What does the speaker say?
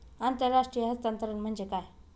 आंतरराष्ट्रीय हस्तांतरण म्हणजे काय?